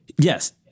yes